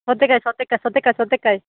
ಸೌತೆಕಾಯಿ ಸೌತೆಕಾಯಿ ಸೌತೆಕಾಯಿ ಸೌತೆಕಾಯಿ